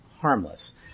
harmless